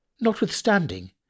Notwithstanding